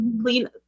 clean